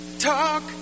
Talk